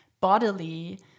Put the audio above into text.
bodily